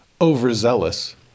overzealous